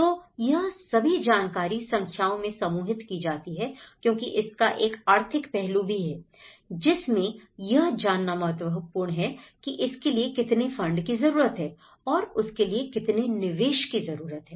तो यह सभी जानकारी संख्याओं में समूहित की जाती है क्योंकि इसका एक आर्थिक पहलू भी है जिसमें यह जानना महत्वपूर्ण है की इसके लिए कितने फंड की जरूरत है और उसके लिए कितने निवेश की जरूरत है